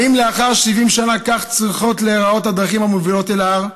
האם לאחר 70 שנה כך צריכות להיראות הדרכים המובילות אל ההר?